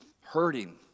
hurting